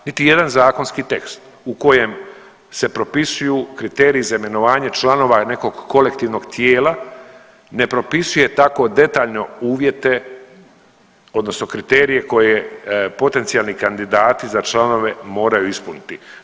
Niti jedan zakonski tekst u kojem se propisuju kriteriji za imenovanje članova nekog kolektivnog tijela ne propisuje tako detaljno uvjete odnosno kriterije koje potencijalni kandidati za članove moraju ispuniti.